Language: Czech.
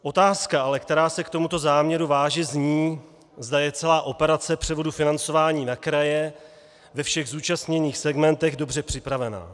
Otázka ale, která se k tomuto záměru váže, zní, zda je celá operace převodu financování na kraje ve všech zúčastněných segmentech dobře připravena.